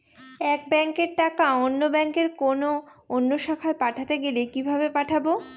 এক ব্যাংকের টাকা অন্য ব্যাংকের কোন অন্য শাখায় পাঠাতে গেলে কিভাবে পাঠাবো?